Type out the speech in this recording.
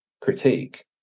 critique